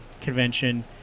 convention